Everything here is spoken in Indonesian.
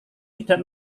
tidak